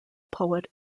poet